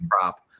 prop